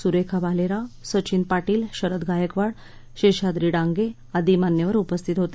सुरेखा भालेराव सचिन पाटील शरद गायकवाड शेषाद्री डांगे आदी मान्यवर उपस्थित होते